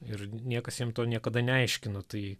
ir niekas jiem to niekada neaiškino tai